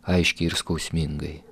aiškiai ir skausmingai